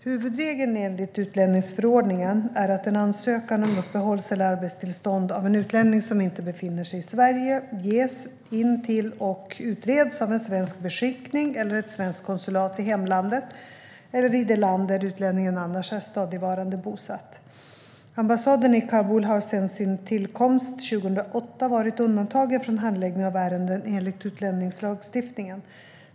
Huvudregeln enligt utlänningsförordningen är att en ansökan om uppehålls eller arbetstillstånd av en utlänning som inte befinner sig i Sverige ges in till och utreds av en svensk beskickning eller ett svenskt konsulat i hemlandet eller i det land där utlänningen annars är stadigvarande bosatt. Ambassaden i Kabul har sedan sin tillkomst 2008 varit undantagen från handläggning av ärenden enligt utlänningslagstiftningen.